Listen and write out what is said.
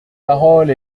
parole